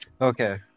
Okay